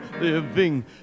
living